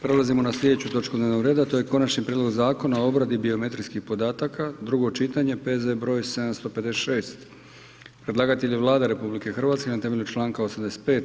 Prelazimo na sljedeću točku dnevnog reda a to je: - Konačni prijedlog zakona o obradi biometrijskih podataka, drugo čitanje, P.Z. br. 756.; Predlagatelj je Vlada RH na temelju članka 85.